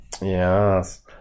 yes